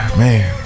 man